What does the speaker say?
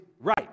right